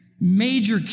major